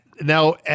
Now